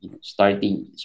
starting